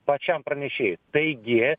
pačiam pranešėjui taigi